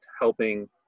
helping